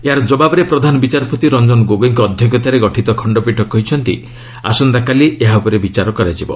ଏହାର କବାବରେ ପ୍ରଧାନ ବିଚାରପତି ରଞ୍ଜନ ଗୋଗୋଇଙ୍କ ଅଧ୍ୟକ୍ଷତାରେ ଗଠିତ ଖଣ୍ଡପୀଠ କହିଛନ୍ତି ଆସନ୍ତାକାଲି ଏହା ଉପରେ ବିଚାର କରାଯିବ